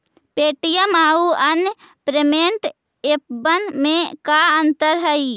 Paytm आउ अन्य payment एपबन में का अंतर हई?